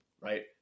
right